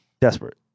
desperate